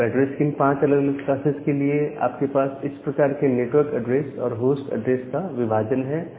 अब एड्रेस के इन पांच अलग अलग क्लासेस के लिए आपके पास इस प्रकार के नेटवर्क एड्रेस और होस्ट एड्रेस का विभाजन है